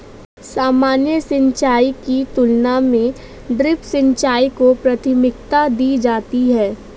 सामान्य सिंचाई की तुलना में ड्रिप सिंचाई को प्राथमिकता दी जाती है